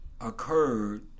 occurred